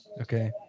Okay